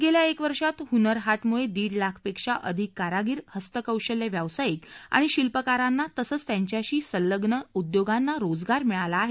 गेल्या एक वर्षात हुनर हाट मुळे दीड लाखपेक्षा अधिक कारागीर हस्तकौशल्य व्यावसायिक आणि शिल्पकारांना तसेच त्यांच्याशी संलग्न उद्योगांना रोजगार मिळाला आहे